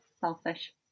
selfish